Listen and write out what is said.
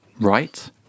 right